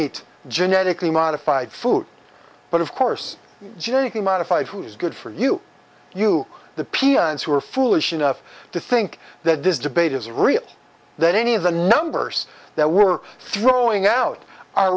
eat genetically modified food but of course genetically modified who's good for you you the peons who are foolish enough to think that this debate is real that any of the numbers that we're throwing out are